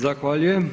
Zahvaljujem.